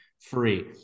free